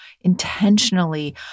intentionally